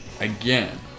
again